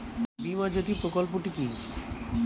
বীমা জ্যোতি প্রকল্পটি কি?